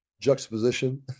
juxtaposition